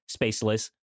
spaceless